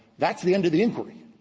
that's the end of the inquiry.